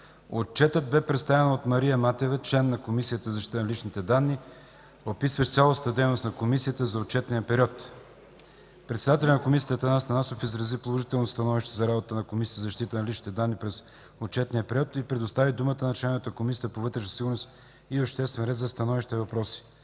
Отчетът бе представен от Мария Матева, член на Комисията за защита на личните данни, описващ цялостната дейност на Комисията за отчетния период. Председателят на Комисията Атанас Атанасов изрази положителното си становище за работата на Комисията за защита на личните данни през отчетния период и предостави думата на членовете на Комисията по вътрешна сигурност и обществен ред за становища и въпроси.